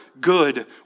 good